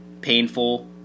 painful